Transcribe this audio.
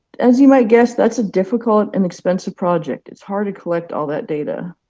as you might guess, that's a difficult and expensive project. it's hard to collect all that data.